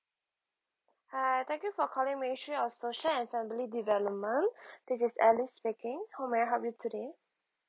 hi thank you for calling ministry of social and family development this is alice speaking how may I help you today